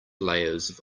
layers